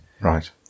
Right